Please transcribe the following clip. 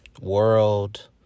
world